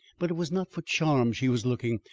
but it was not for charm she was looking,